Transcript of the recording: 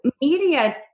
media